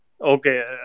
Okay